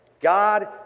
God